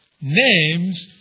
names